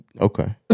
Okay